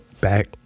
back